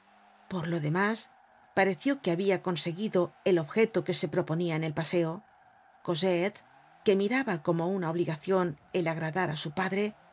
por lo demás pareció que habia conseguido el objeto que se proponia en el paseo cosette que miraba como una obligacion el agradar á su padre